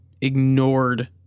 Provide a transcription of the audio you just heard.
ignored